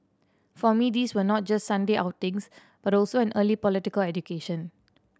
for me these were not just Sunday outings but also an early political education